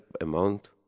amount